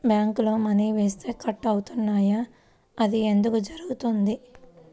బ్యాంక్లో మని వేస్తే కట్ అవుతున్నాయి అది ఎందుకు జరుగుతోంది?